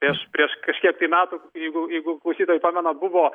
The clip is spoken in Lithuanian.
prieš prieš kažkiek metų jeigu jeigu klausytojai pamenay buvo